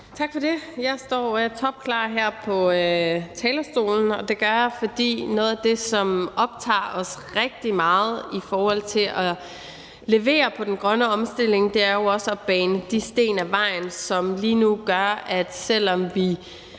Tak for det. Jeg står topklar her på talerstolen, og det gør jeg, fordi noget af det, som optager os rigtig meget i forhold til at levere på den grønne omstilling, jo også er at få de sten af vejen, som lige nu gør, at selv om vi